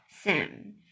Sam